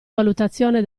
valutazione